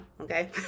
okay